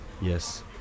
Yes